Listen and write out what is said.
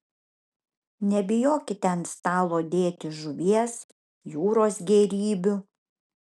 nebijokite ant stalo dėti žuvies jūros gėrybių